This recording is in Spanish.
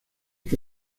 que